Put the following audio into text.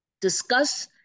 Discuss